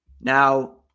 Now